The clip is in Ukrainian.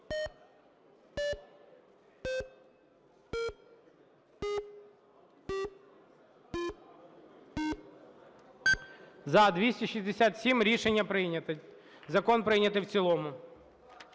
За-267 Рішення прийнято. Закон прийнятий в цілому.